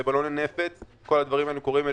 ובלוני נפץ כל הדברים האלה קורים אצלנו,